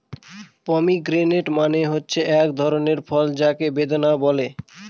pomegranate মানে হল এক ধরনের ফল যাকে বেদানা বলে